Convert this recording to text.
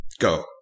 Go